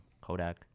Kodak